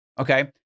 okay